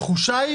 התחושה היא